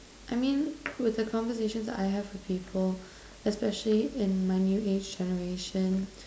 I mean with the conversations I have with people especially in my new age generation